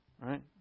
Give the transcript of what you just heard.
right